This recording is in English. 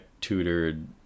tutored